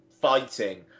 fighting